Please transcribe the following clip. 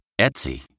Etsy